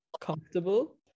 comfortable